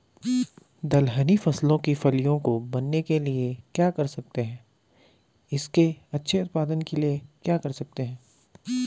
दलहनी फसलों की फलियों को बनने के लिए क्या कर सकते हैं इसके अच्छे उत्पादन के लिए क्या कर सकते हैं?